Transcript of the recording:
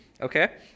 okay